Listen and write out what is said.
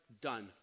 Done